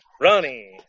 Ronnie